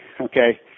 okay